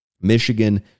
Michigan